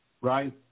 right